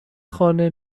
خانه